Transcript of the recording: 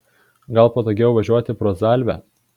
gal patogiau važiuoti pro zalvę